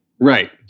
Right